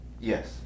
Yes